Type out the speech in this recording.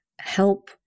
help